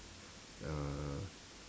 uh